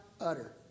utter